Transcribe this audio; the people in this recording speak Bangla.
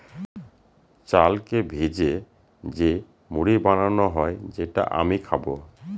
চালকে ভেজে যে মুড়ি বানানো হয় যেটা আমি খাবো